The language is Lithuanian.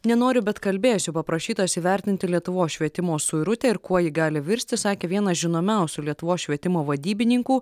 nenoriu bet kalbėsiu paprašytas įvertinti lietuvos švietimo suirutę ir kuo ji gali virsti sakė vienas žinomiausių lietuvos švietimo vadybininkų